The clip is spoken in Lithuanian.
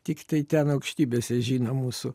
tiktai ten aukštybėse žino mūsų